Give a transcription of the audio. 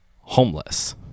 homeless